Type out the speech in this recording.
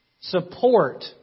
Support